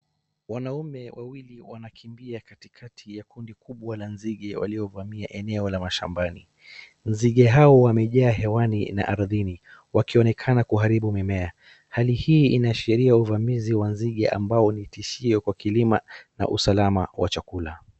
Wanaume wawili wanakimbia katikati ya kundi kubwa la nzige waliovamia eneo la mashambani. Nzige hao wamejaa hewani na ardhini, wakionekana kuharibu mimea. Hali hii inaashiria uvamizi wa nzige ambao ni tishio kwa kilima na usalama wa chakula.